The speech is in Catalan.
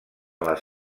les